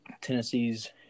Tennessee's